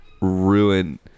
ruin